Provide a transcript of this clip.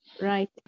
right